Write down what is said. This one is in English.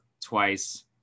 twice